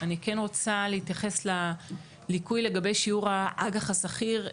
אני רוצה להתייחס לליקוי לגבי שיעור האג"ח השכיר.